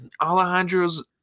Alejandro's